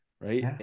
right